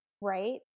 right